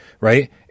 right